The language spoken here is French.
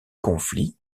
conflit